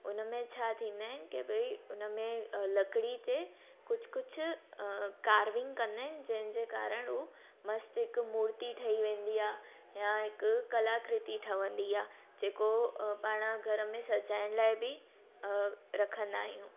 हुन में छा थींदा आहिनि के ॿई उन में अ लकड़ी ते कुझु कुझु कार्विंग कंदा आहिनि जंहिंजे कारण उ मस्त हिकु मूर्ती ठही वेंदी आहे या हिकु कलाकृति ठवंदी आहे जेको पाण घर में सॼाइण लाइ बि रखंदा आहियूं